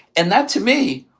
and that, to me,